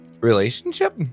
relationship